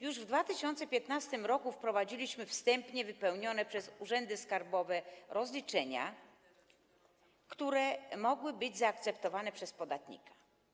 Już w 2015 r. wprowadziliśmy wstępnie wypełnione przez urzędy skarbowe rozliczenia, które mogły być zaakceptowane przez podatnika.